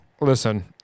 listen